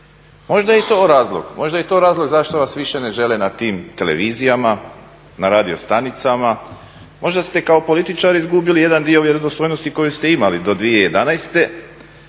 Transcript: Možda je i to razlog zašto vas više ne žele na tim televizijama, na radiostanicama. Možda ste kao političar izgubili jedan dio vjerodostojnosti koju ste imali do 2011.